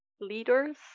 leaders